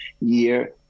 year